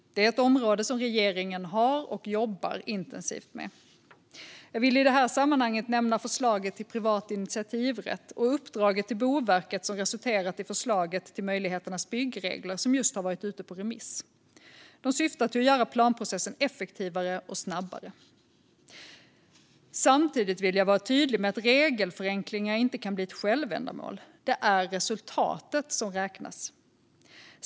Det är ett område som regeringen har jobbat och jobbar intensivt med. Jag vill i detta sammanhang nämna förslaget till privat initiativrätt och uppdraget till Boverket som resulterat i förslaget till Möjligheternas byggregler, som just har varit ute på remiss. De syftar till att göra planprocessen effektivare och snabbare. Samtidigt vill jag vara tydlig med att regelförenklingar inte kan bli ett självändamål. Det är resultatet som räknas.